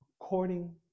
according